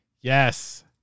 Yes